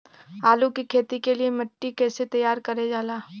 आलू की खेती के लिए मिट्टी कैसे तैयार करें जाला?